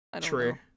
True